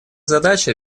задача